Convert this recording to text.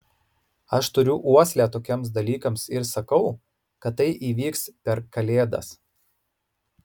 aš turiu uoslę tokiems dalykams ir sakau kad tai įvyks per kalėdas